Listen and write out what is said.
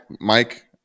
Mike